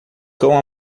cão